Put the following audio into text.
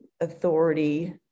authority